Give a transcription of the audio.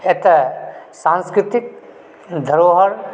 एतय सांस्कृतिक धरोहर